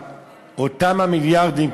אותם המיליארדים,